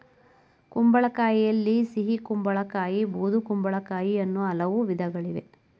ಕುಂಬಳಕಾಯಿಯಲ್ಲಿ ಸಿಹಿಗುಂಬಳ ಕಾಯಿ ಬೂದುಗುಂಬಳಕಾಯಿ ಅನ್ನೂ ಹಲವು ವಿಧಗಳಿವೆ